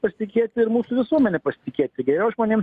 pasitikėti ir mūsų visuomene pasitikėti geriau žmonėms